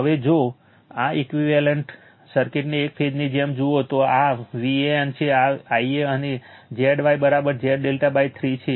હવે જો આ ઇકવીવેલન્ટ સર્કિટને એક ફેઝની જેમ જુઓ તો આ Van છે આ Ia અને Zy Z∆ 3 છે